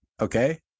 okay